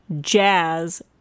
jazz